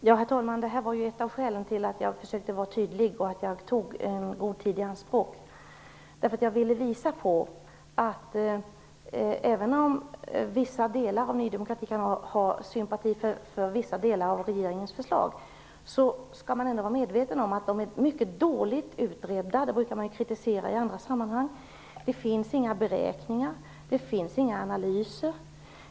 Herr talman! Detta var ett av skälen till att jag försökte vara tydlig och att jag tog god tid i anspråk. Jag ville visa på att även om vissa delar av Ny demokrati kan ha sympati för vissa delar av regeringens förslag skall man vara medveten om att de är mycket dåligt utredda. Det brukar man kritisera i andra sammanhang. Det finns inga beräkningar. Det finns inga analyser.